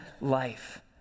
life